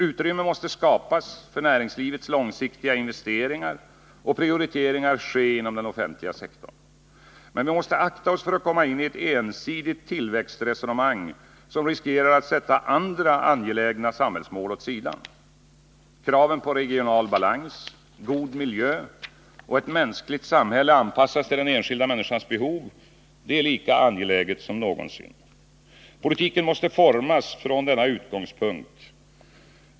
Utrymme måste skapas för näringslivets långsiktiga investeringar och prioriteringar ske inom den offentliga sektorn. Men vi måste akta oss för att komma in i ett ensidigt tillväxtresonemang, varigenom vi riskerar att sätta andra angelägna samhällsmål åt sidan. Kraven på regional balans, god miljö och ett mänskligt samhälle anpassat till den enskilda människans behov är lika angelägna som någonsin. Politiken måste formas från denna utgångspunkt.